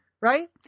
Right